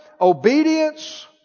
obedience